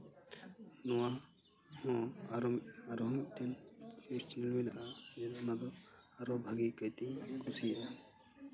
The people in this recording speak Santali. ᱱᱚᱣᱟ ᱦᱚᱸ ᱟᱨᱚ ᱟᱨᱚ ᱢᱤᱫᱴᱮᱱ ᱱᱤᱭᱩᱥ ᱪᱮᱱᱮᱞ ᱢᱮᱱᱟᱜᱼᱟ ᱚᱱᱟ ᱫᱚ ᱟᱨᱚ ᱵᱷᱟᱜᱮ ᱚᱠᱚᱡ ᱛᱮᱧ ᱠᱩᱥᱤᱭᱟᱜᱼᱟ